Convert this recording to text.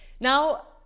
Now